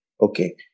Okay